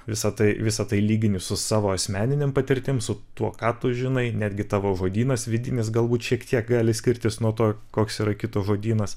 visa tai visa tai lygini su savo asmeninėm patirtim su tuo ką tu žinai netgi tavo žodynas vidinis galbūt šiek tiek gali skirtis nuo to koks yra kito žodynas